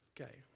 Okay